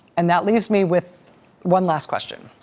and that leaves me with one last question.